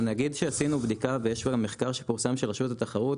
אני אגיד שעשינו בדיקה ויש גם מחקר שפורסם של רשות התחרות,